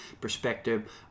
Perspective